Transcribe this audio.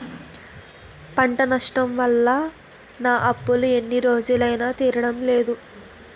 పంట నష్టం వల్ల నా అప్పు ఎన్ని రోజులైనా తీరడం లేదు